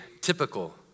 typical